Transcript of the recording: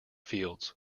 fields